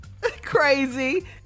Crazy